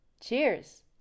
Cheers